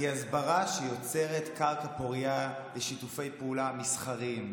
היא הסברה שיוצרת קרקע פורייה לשיתופי פעולה מסחריים,